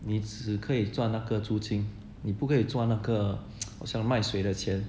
你只可以赚那个租金你不可以赚那个 好像卖水的钱